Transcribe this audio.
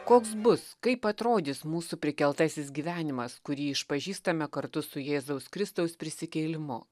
koks bus kaip atrodys mūsų prikeltasis gyvenimas kurį išpažįstame kartu su jėzaus kristaus prisikėlimu